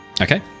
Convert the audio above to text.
okay